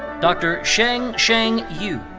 dr. sheng sheng yu.